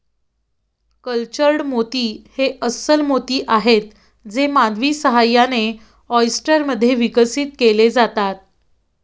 cultured मोती हे अस्स्ल मोती आहेत जे मानवी सहाय्याने, ऑयस्टर मध्ये विकसित केले जातात